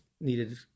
needed